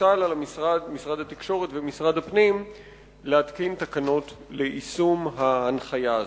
הוטל על משרד התקשורת ומשרד הפנים להתקין תקנות ליישום ההנחיה הזו.